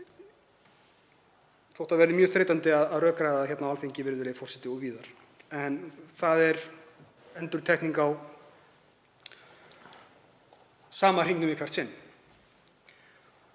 þótt það verði mjög þreytandi að rökræða það hér á Alþingi, virðulegi forseti, og víðar, það er endurtekning á sama hringnum í hvert sinn.